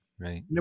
Right